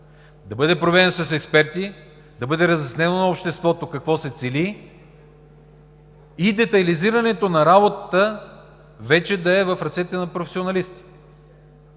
да бъде проведен с експерти, да бъде разяснено на обществото какво се цели и детайлизирането на работата вече да е в ръцете на професионалисти.